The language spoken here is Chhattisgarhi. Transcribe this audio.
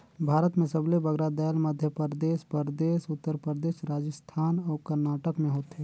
भारत में सबले बगरा दाएल मध्यपरदेस परदेस, उत्तर परदेस, राजिस्थान अउ करनाटक में होथे